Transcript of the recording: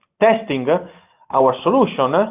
testing ah our solution, ah